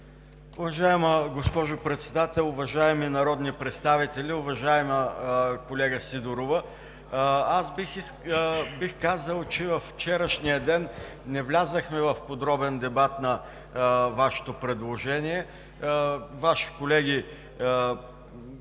Уважаема госпожо Председател, уважаеми народни представители! Уважаема колега Сидорова, аз бих казал, че във вчерашния ден не влязохме в подробен дебат за Вашето предложение. Вашите колеги